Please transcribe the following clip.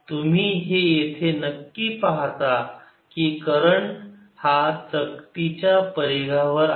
तुम्ही येथे हे नक्की पहाता की करंट हा चकतीच्या परिघावर आहे